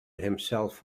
himself